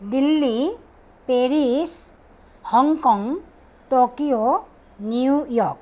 Delhi Paris Hong Kong Tokyo New York